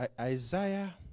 Isaiah